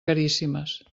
caríssimes